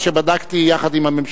אני רוצה לומר לך שבדקתי יחד עם הממשלה,